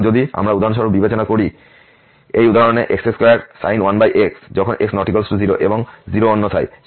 সুতরাং যদি আমরা উদাহরণস্বরূপ বিবেচনা করি এই উদাহরণ x2sin 1x যখন x ≠ 0 এবং 0 অন্যথায়